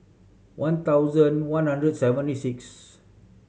one thousand one hundred seventy sixth